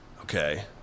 okay